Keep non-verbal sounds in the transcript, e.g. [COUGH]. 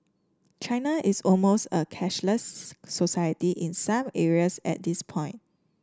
China is almost a cashless [UNINTELLIGIBLE] society in some areas at this point